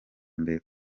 mbere